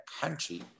country